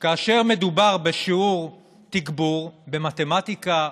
כאשר מדובר בשיעור תגבור במתמטיקה,